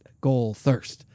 goalthirst